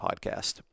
Podcast